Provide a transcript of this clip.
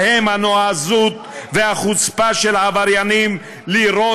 שבהם הנועזות והחוצפה של עבריינים לירות